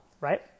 right